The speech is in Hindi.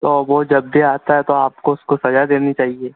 तो वह जब भी आता है तो आपको उसको सज़ा देनी चाहिए